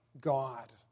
God